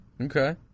okay